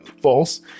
false